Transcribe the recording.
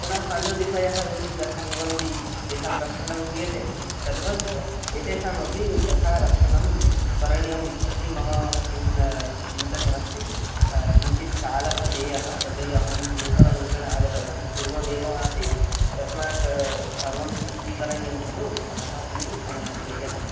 पुनः पण्डुलिपयः अपि यथा भवन्ति तेषां रक्षणं क्रियते तद्वत् एतेषामपि तथा रक्षणं करणीयम् इत्यपि मम चिन्ता चिन्तने अस्ति किञ्चित् कालः देयः यतो हि अहं नूतनरूपेण आगतवान् पुर्वमेवमासीत् तस्मात् सर्वं सज्जीकरणीयं खलु अतः किञ्चित् समयः देयः